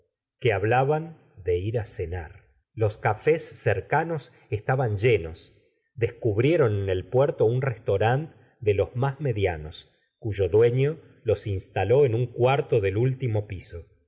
que hablaban de ir á cenar los cafés cercanos estaban llenos descubrieron en el puerto un restaurant de los más medianos cuyo dueñ los instaló en un cuarto del último piso